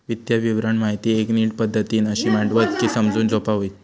वित्तीय विवरण माहिती एक नीट पद्धतीन अशी मांडतत की समजूक सोपा होईत